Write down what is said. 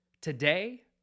Today